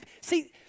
see